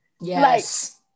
yes